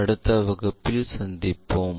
அடுத்த வகுப்பில் சந்திப்போம்